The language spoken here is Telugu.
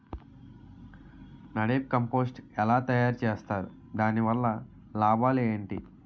నదెప్ కంపోస్టు ఎలా తయారు చేస్తారు? దాని వల్ల లాభాలు ఏంటి?